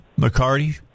McCarty